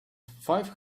five